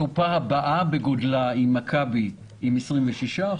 הקופה הבאה בגודלה היא מכבי עם 26%,